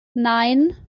nein